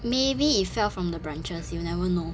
maybe it fell from the branches you never know